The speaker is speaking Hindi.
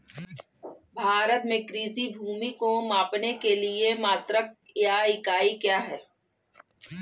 भारत में कृषि भूमि को मापने के लिए मात्रक या इकाई क्या है?